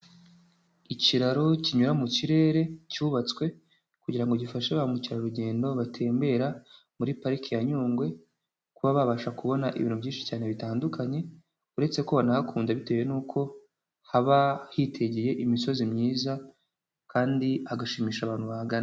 Ikiraro kinyura mu kirere, cyubatswe kugira ngo gifashe ba mukerarugendo batembera muri Pariki ya Nyungwe, kuba babasha kubona ibintu byinshi cyane bitandukanye, uretse ko banahakunda bitewe n'uko haba hitegeye imisozi myiza kandi hagashimisha abantu bahagana.